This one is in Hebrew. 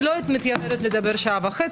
לא אדבר שעה וחצי.